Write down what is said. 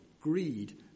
greed